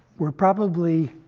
we're probably